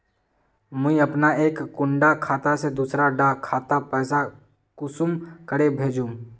मुई अपना एक कुंडा खाता से दूसरा डा खातात पैसा कुंसम करे भेजुम?